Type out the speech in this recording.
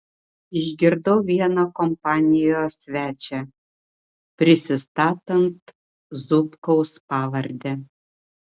išgirdau vieną kompanijos svečią prisistatant zubkaus pavarde